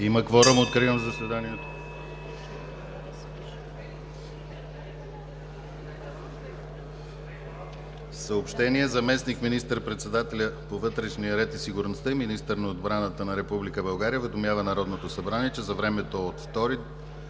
Има кворум, откривам заседанието.